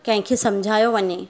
कंहिं खे समुझायो वञे